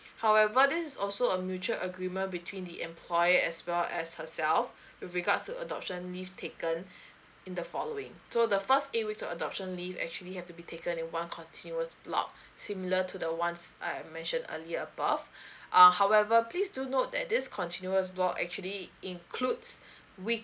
however this is also a mutual agreement between the employer as well as herself with regards to adoption leave taken in the following so the first eight weeks of adoption leave actually have to be taken in one continuous block similar to the ones I've mentioned earlier above err however please do note that this continuous block actually includes week